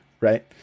right